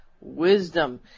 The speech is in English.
wisdom